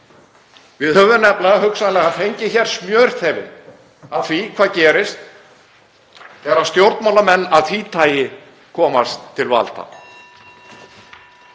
Við höfum nefnilega hugsanlega fengið hér smjörþefinn af því hvað gerist þegar stjórnmálamenn af því tagi komast til valda.